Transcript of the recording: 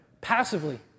passively